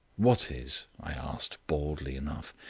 what is? i asked, baldly enough.